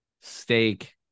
steak